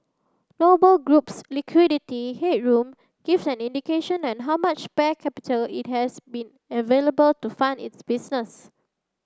Noble Group's liquidity headroom gives an indication an how much spare capital it has been available to fund its business